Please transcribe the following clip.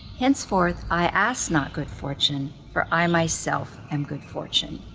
henceforth i asked not good-fortune, for i myself am good fortune,